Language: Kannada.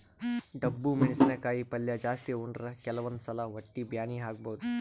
ಡಬ್ಬು ಮೆಣಸಿನಕಾಯಿ ಪಲ್ಯ ಜಾಸ್ತಿ ಉಂಡ್ರ ಕೆಲವಂದ್ ಸಲಾ ಹೊಟ್ಟಿ ಬ್ಯಾನಿ ಆಗಬಹುದ್